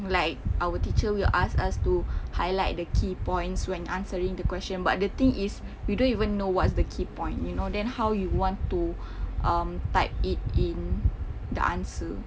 like our teacher will ask us to highlight the key points when answering the question but the thing is you don't even know what's the key point you know then how you want to um type it in the answer